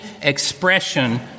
expression